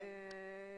כן.